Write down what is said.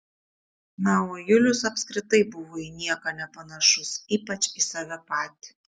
na o julius apskritai buvo į nieką nepanašus ypač į save patį